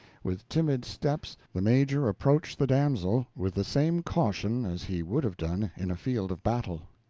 with timid steps the major approached the damsel, with the same caution as he would have done in a field of battle.